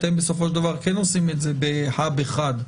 אתם בסופו של דבר כן עושים את זה ב-hub אחד.